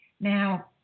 Now